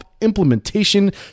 implementation